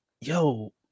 yo